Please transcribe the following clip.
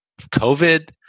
COVID